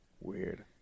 Weird